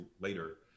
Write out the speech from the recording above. later